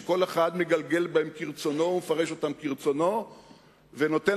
שכל אחד מגלגל בהן כרצונו ומפרש אותן